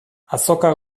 azoka